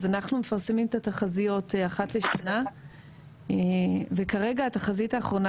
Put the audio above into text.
אנחנו מפרסמים את התחזיות אחת לשנה וכרגע התחזית האחרונה